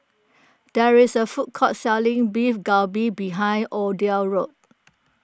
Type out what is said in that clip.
there is a food court selling Beef Galbi behind Odell's house